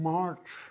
March